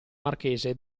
marchese